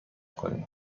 کنیم